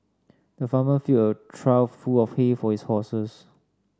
the farmer filled a trough full of hay for his horses